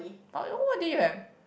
but what did you have